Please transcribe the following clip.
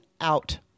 out